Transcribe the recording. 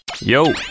Yo